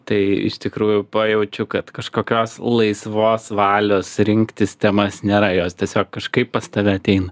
tai iš tikrųjų pajaučiu kad kažkokios laisvos valios rinktis temas nėra jos tiesiog kažkaip pas tave ateina